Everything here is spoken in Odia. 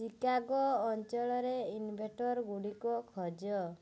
ଚିକାଗୋ ଅଞ୍ଚଳରେ ଇଭେଣ୍ଟରଗୁଡ଼ିକ ଖୋଜ